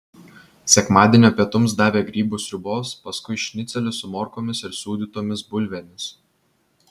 sekmadienio pietums davė grybų sriubos paskui šnicelį su morkomis ir sūdytomis bulvėmis